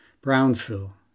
Brownsville